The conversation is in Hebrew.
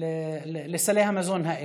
לסלי המזון האלה.